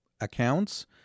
accounts